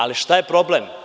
Ali, šta je problem?